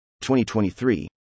2023